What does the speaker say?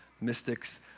mystics